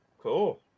Cool